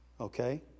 Okay